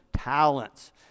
talents